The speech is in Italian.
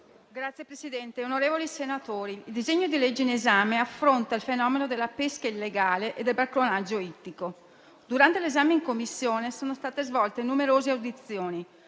Signor Presidente, onorevoli senatori, il disegno di legge in esame affronta il fenomeno della pesca illegale e del bracconaggio ittico. Durante l'esame in Commissione sono state svolte numerose audizioni,